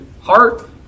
heart